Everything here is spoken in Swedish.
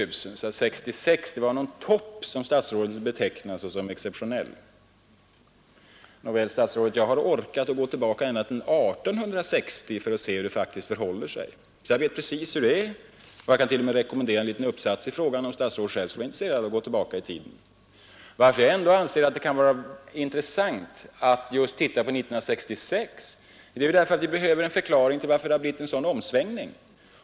År 1960 skulle alltså vara någon topp, som statsrådet ville beteckna som exceptionell. Nåväl, fru statsråd, jag har orkat gå tillbaka ända till 1860 för att se hur det faktiskt förhåller sig, så jag vet precis hur det är. Jag kan t.o.m. rekommendera en liten uppsats i frågan, om statsrådet själv skulle vara intresserad av att gå tillbaka i tiden. Anledningen till att jag ändå anser att det kan vara intressant att titta på just 1966 är att vi behöver en förklaring till varför det har blivit en sådan omsvängning.